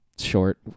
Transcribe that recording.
short